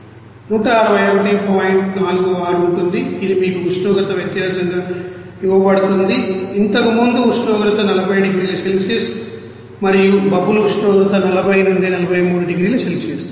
46 ఉంటుంది ఇది మీకు ఉష్ణోగ్రత వ్యత్యాసంగా ఇవ్వబడుతుంది ఇంతకు ముందు ఉష్ణోగ్రత 40 డిగ్రీల సెల్సియస్ మరియు బబుల్ ఉష్ణోగ్రత 40 నుండి 43 డిగ్రీల సెల్సియస్